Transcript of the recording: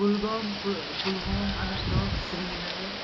Kulgam Pulwama Anantnag Srinagar